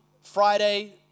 Friday